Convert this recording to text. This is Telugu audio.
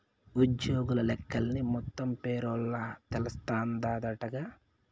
ఉజ్జోగుల లెక్కలన్నీ మొత్తం పేరోల్ల తెలస్తాందంటగా